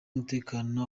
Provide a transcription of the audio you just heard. umutekano